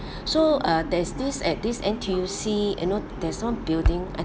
so uh there's this at this N_T_U_C you know there's one building and